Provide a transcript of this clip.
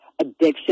addiction